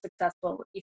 successful